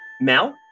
Mel